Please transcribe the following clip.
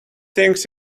things